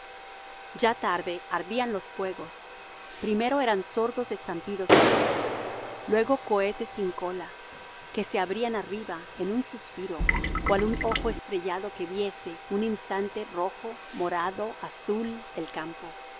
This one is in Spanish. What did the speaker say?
ya tarde ardían los fuegos primero eran sordos estampidos enanos luego cohetes sin cola que se abrían arriba en un suspiro cual un ojo estrellado que viese un instante rojo morado azul el campo y